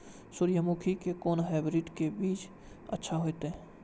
सूर्यमुखी के कोन हाइब्रिड के बीज अच्छा होते?